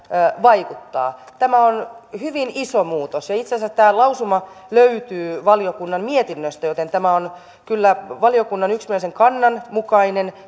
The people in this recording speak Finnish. vaikuttaa tämä on hyvin iso muutos ja itse asiassa tämä lausuma löytyy valiokunnan mietinnöstä joten tämä on kyllä valiokunnan yksimielisen kannan mukainen